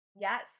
Yes